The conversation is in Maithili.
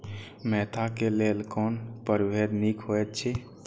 मेंथा क लेल कोन परभेद निक होयत अछि?